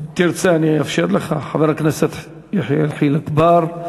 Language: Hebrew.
אם תרצה אני אאפשר לך, חבר הכנסת יחיאל חיליק בר.